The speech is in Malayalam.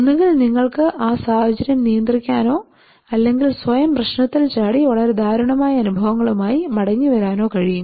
ഒന്നുകിൽ നിങ്ങൾക്ക് ആ സാഹചര്യം നിയന്ത്രിക്കാനോ അല്ലെങ്കിൽ സ്വയം പ്രശ്നത്തിൽ ചാടി വളരെ ദാരുണമായ അനുഭവങ്ങളുമായി മടങ്ങിവരാനോ കഴിയും